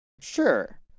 Sure